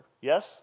Yes